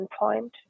endpoint